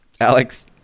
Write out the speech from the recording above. Alex